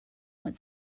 would